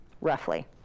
roughly